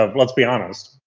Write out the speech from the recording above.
ah let's be honest,